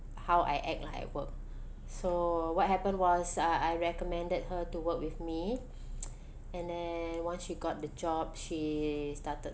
how I act lah at work so what happened was uh I recommended her to work with me and then once she got the job she started